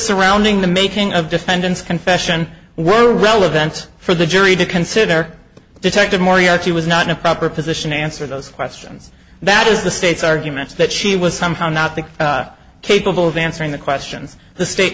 surrounding the making of defendant's confession were relevant for the jury to consider the detective moriarty was not in a proper position answer those questions that is the state's arguments that she was somehow not the capable of answering the questions the state